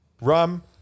Rum